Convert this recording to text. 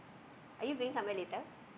are you going somewhere later